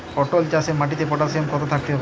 পটল চাষে মাটিতে পটাশিয়াম কত থাকতে হবে?